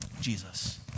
Jesus